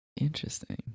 interesting